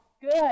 Good